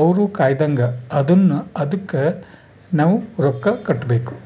ಅವ್ರ ಕಾಯ್ತ್ದಂಗ ಅದುನ್ನ ಅದುಕ್ ನವ ರೊಕ್ಕ ಕಟ್ಬೇಕು